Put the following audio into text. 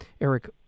Eric